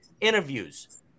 interviews